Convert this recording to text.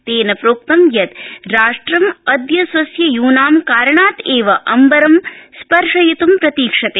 तेन प्रोक्त ं यद् राष्ट्रमाअद्य स्वस्य यूनामाकारणाताअम्बरं स्पर्शयित्ं प्रतीक्षते